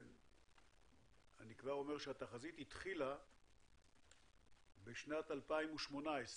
אני כבר אומר שהתחזית התחילה בשנת 2018,